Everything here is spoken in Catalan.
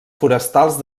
forestals